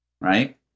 Right